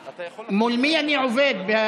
רבה.